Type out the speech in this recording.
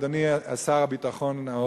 אדוני השר לביטחון העורף,